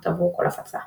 אחת עבור כל הפצה.